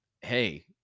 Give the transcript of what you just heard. hey